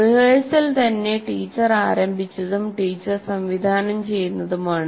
rehearsal തന്നെ teacher ആരംഭിച്ചതും teacher സംവിധാനം ചെയ്യുന്നതുമാണ്